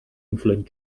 influent